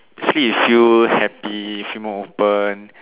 actually you feel happy feel more open